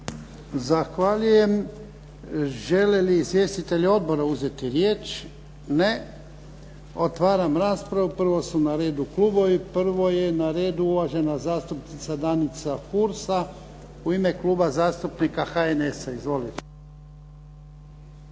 Zahvaljujem. Žele li izvjestitelji odbora uzeti riječ? Ne. Otvaram raspravu. Prvo su na redu klubovi. Prvo je na redu uvažena zastupnica Danica Hursa u ime kluba zastupnika HNS-a. Izvolite.